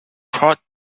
prod